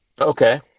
okay